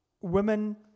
women